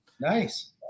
Nice